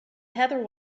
heather